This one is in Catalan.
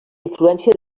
influència